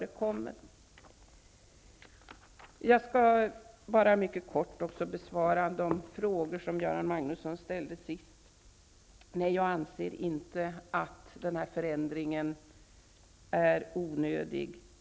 Jag skall mycket kortfattat även besvara de frågor som Göran Magnusson ställde. Jag anser inte att denna förändring är onödig.